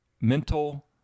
mental